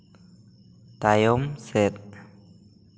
ᱛᱟᱭᱚᱢ ᱥᱮᱫ